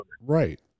Right